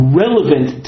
relevant